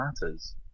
matters